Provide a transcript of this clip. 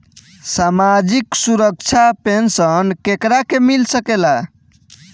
सामाजिक सुरक्षा पेंसन केकरा के मिल सकेला?